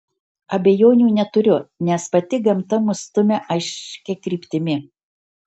abejonių neturiu nes pati gamta mus stumia aiškia kryptimi